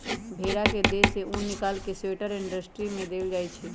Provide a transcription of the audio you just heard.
भेड़ा के देह से उन् निकाल कऽ स्वेटर इंडस्ट्री में देल जाइ छइ